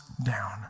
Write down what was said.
down